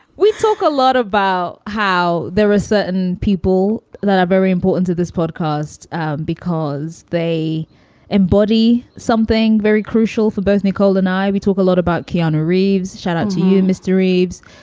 we talk a lot about how there are certain people that are very important to this podcast because they embody something very crucial for both nicole and i. we talk a lot about keanu reeves shout out to you, mr. reeves.